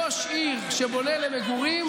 ראש עיר שבונה למגורים,